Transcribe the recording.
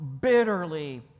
bitterly